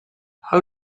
how